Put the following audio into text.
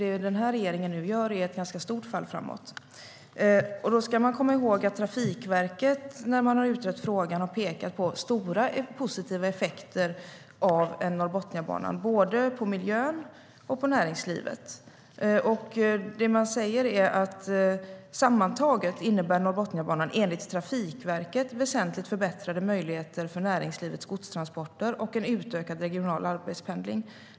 Det den här regeringen nu gör är alltså ett ganska stort fall framåt. Då ska man komma ihåg att Trafikverket, när man har utrett frågan, har pekat på stora positiva effekter av Norrbotniabanan, både för miljön och för näringslivet. Man säger: Sammantaget innebär Norrbotniabanan enligt Trafikverket väsentligt förbättrade möjligheter för näringslivets godstransporter och en utökad regional arbetspendling.